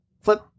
Flip